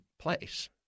place